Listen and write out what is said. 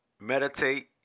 meditate